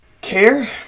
care